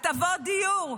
הטבות דיור.